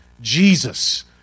Jesus